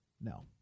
No